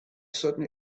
sudden